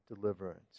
deliverance